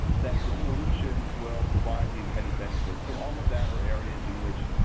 that the solutions will provide the intended benefits. so, all of that are areas in which.